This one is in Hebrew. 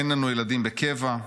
אין לנו ילדים בקבע.